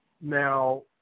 Now